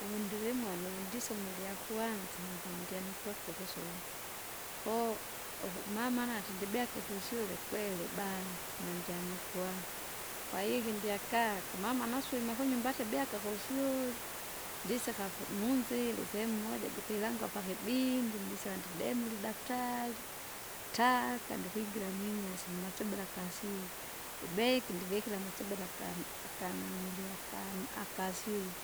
Uvundilimwana uvundisomile ilyakwanza ndandyanukulike ukusoma, koo, uku- mama nati ndibyake kusyule kwere ibahati nandyanukwa, kwahiyo ikindyaka kumama naswime kunyumba atiabyaka kusyule, ndiseka pu- munzile sehemu moja jikwilangwa pakibindi ndiseva ndidemule idaftari, taaka ndikwingira mwinyasi mmatsobela ikasyule, ibeki ndivikira ndivikira amasebele akamu akana niniliu akamu- akasyule.